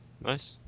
Nice